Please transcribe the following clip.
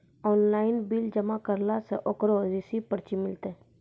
Online bill जमा करला से ओकरौ रिसीव पर्ची मिलतै?